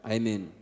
Amen